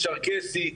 צ'רקסי,